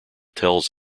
tells